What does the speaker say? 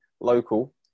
local